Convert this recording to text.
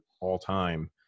all-time